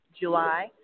July